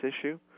issue